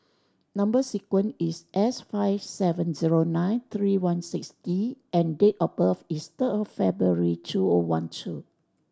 number sequence is S five seven zero nine three one six D and date of birth is third of February two O one two